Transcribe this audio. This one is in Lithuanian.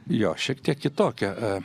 jo šiek tiek kitokia